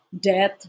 death